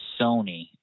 Sony